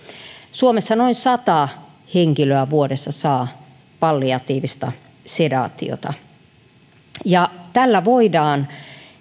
suomessa noin sata henkilöä vuodessa saa palliatiivista sedaatiota sillä voidaan